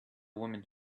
woman